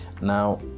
Now